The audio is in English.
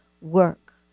work